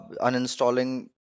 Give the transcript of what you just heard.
uninstalling